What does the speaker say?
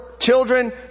children